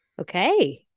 Okay